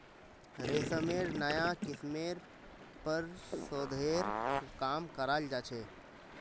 रेशमेर नाया किस्मेर पर शोध्येर काम कराल जा छ